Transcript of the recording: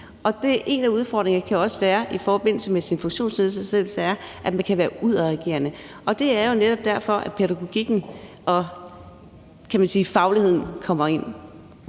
en af udfordringerne i forbindelse med funktionsnedsættelse kan være, at man kan være udadreagerende, og det er jo netop derfor, at pædagogikken og, kan man sige, fagligheden kommer ind.